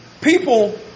People